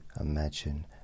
imagine